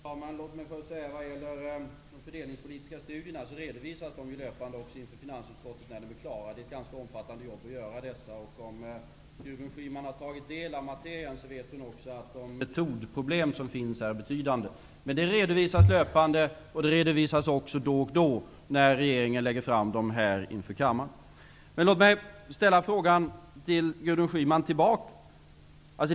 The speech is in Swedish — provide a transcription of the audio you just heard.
Fru talman! Låt mig först säga vad gäller de fördelningspolitiska studierna att de redovisas löpande inför finansutskottet när de är klara. Det är ett ganska omfattande jobb att göra dessa studier. Om Gudrun Schyman har tagit del av hela materian, vet hon också att de metodproblem som finns är betydande. Men siffrorna redovisas löpande och de redovisas också då och då, när regeringen lägger fram dem här inför kammaren. Låt mig ställa frågan till Gudrun Schyman tillbaka.